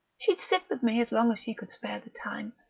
she'd sit with me as long as she could spare the time,